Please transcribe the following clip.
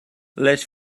les